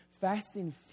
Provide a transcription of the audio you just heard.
Fasting